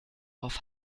auf